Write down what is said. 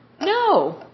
No